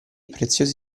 preziosi